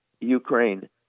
Ukraine